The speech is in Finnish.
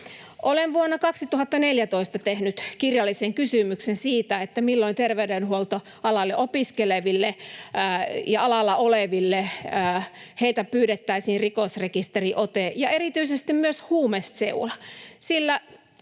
Olen vuonna 2014 tehnyt kirjallisen kysymyksen siitä, milloin terveydenhuoltoalalla opiskelevilta ja alalla olevilta pyydettäisiin rikosrekisteriote ja erityisesti myös huumeseula,